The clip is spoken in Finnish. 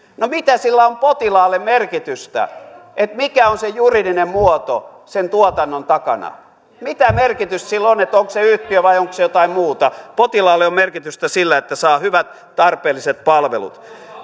no mitä sillä on potilaalle merkitystä mikä on se juridinen muoto sen tuotannon takana mitä merkitystä sillä on onko se yhtiö vai onko se jotain muuta potilaalle on merkitystä sillä että saa hyvät tarpeelliset palvelut